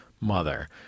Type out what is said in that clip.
mother